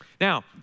Now